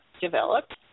developed